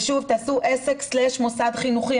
תגידו עסק, קו נטוי מוסד חינוכי.